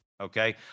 okay